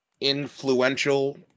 influential